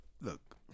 Look